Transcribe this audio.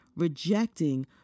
rejecting